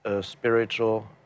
spiritual